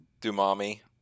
dumami